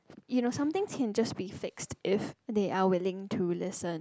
you know something can just be fixed if they are willing to listen